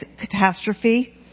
catastrophe